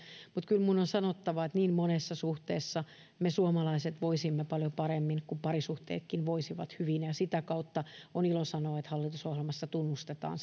mutta kyllä minun on sanottava että niin monessa suhteessa me suomalaiset voisimme paljon paremmin jos parisuhteetkin voisivat hyvin ja sitä kautta on ilo sanoa että hallitusohjelmassa tunnustetaan